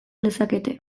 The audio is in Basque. lezakete